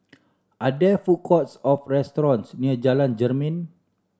are there food courts or restaurants near Jalan Jermin